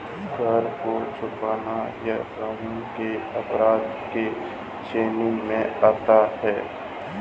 कर को छुपाना यह कानून के अपराध के श्रेणी में आता है